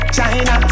China